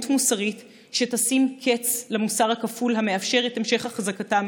מוסרית שתשים קץ למוסר הכפול המאפשר את המשך החזקתם